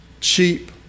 Cheap